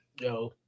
yo